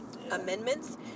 amendments